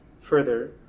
further